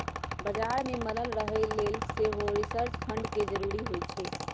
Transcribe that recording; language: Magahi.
बजार में बनल रहे के लेल सेहो रिसर्च फंड के जरूरी होइ छै